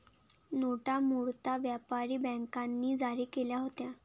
नोटा मूळतः व्यापारी बँकांनी जारी केल्या होत्या